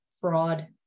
fraud